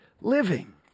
living